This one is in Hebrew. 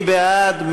מי בעד?